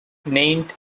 named